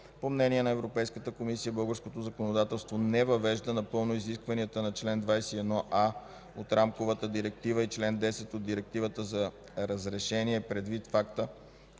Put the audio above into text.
По мнение на Европейската комисия българското законодателство не въвежда напълно изискванията на чл. 21а от Рамковата директива и чл. 10 от Директивата за разрешениe предвид факта,